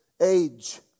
age